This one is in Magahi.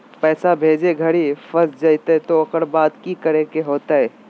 पैसा भेजे घरी फस जयते तो ओकर बाद की करे होते?